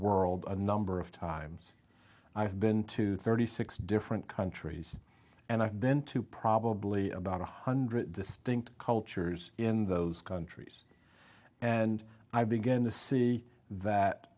world a number of times i've been to thirty six different countries and i've been to probably about one hundred distinct cultures in those countries and i begin to see that